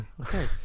okay